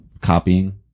copying